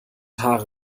haare